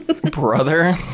brother